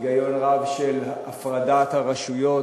היגיון רב של הפרדת הרשויות,